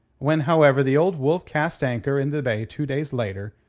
when, however, the old wolf cast anchor in the bay two days later,